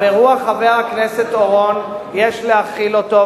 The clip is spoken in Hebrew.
ברוח חבר הכנסת אורון יש להחיל אותו,